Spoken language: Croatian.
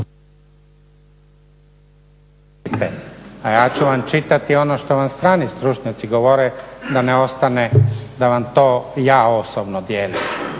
a ja ću vam čitati ono što vam strani stručnjaci govore, da vam to ja osobno dijelim